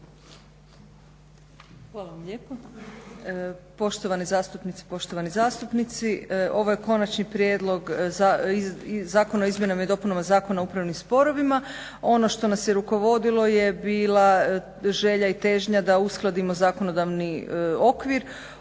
Hvala vam lijepa.